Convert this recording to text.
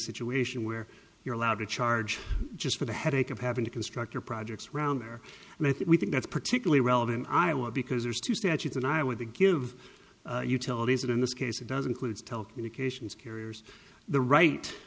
situation where you're allowed to charge just for the headache of having to construct your projects around there and i think that's particularly relevant in iowa because there's two statutes and i want to give utilities that in this case it does include telecommunications carriers the right